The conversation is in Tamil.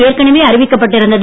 ஏற்கனவே அறிவிக்கப்பட்டு இருந்தது